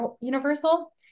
Universal